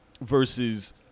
versus